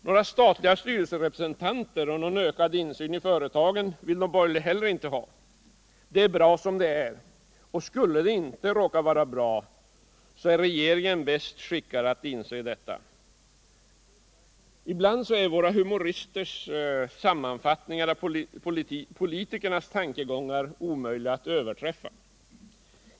Några statliga styrelserepresentanter och någon ökad insyn i företagen vill de borgerliga inte heller ha. Det är bra som det är, och skulle det inte råka vara bra, så är regeringen bäst skickad att inse detta, anses det. Ibland är våra humoristers sammanfattningar av politikernas tankegångar omöjliga att överträffa.